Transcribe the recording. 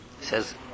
Says